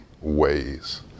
ways